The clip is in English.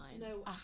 No